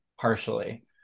partially